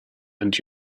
and